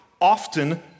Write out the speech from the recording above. often